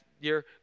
year